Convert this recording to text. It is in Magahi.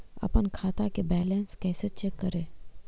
अपन खाता के बैलेंस कैसे चेक करे?